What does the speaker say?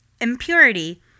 impurity